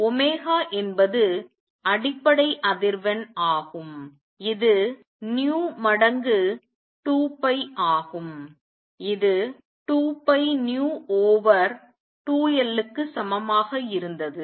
omega என்பது அடிப்படை அதிர்வெண் ஆகும் இது nu மடங்கு 2 pi ஆகும் இது 2 pi v ஓவர் 2 L க்கு சமமாக இருந்தது